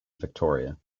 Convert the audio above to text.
victoria